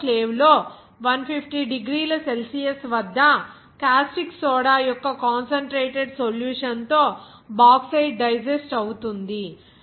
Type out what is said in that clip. ఆటోక్లేవ్లో 150 డిగ్రీల సెల్సియస్ వద్ద caustic soda యొక్క కాన్సన్ట్రేటెడ్ సొల్యూషన్ తో బాక్సైట్ డైజెస్ట్ అవుతుంది